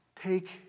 Take